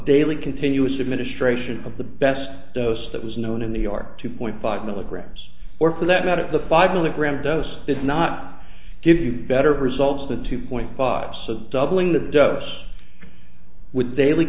daily continuous administration of the best dose that was known in the art two point five milligrams or for that matter the five milligram dose did not give you better results than two point five so doubling the dose with daily